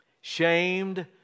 shamed